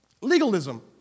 Legalism